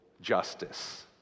justice